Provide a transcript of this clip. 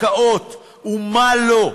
הקאות ומה לא.